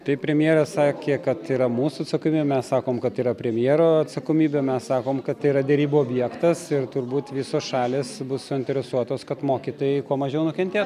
taip premjeras sakė kad tai yra mūsų atsakomybė mes sakom kad tai yra premjero atsakomybė mes sakom kad tai yra derybų objektas ir turbūt visos šalys bus suinteresuotos kad mokytojai kuo mažiau nukentėtų